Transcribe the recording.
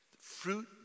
Fruit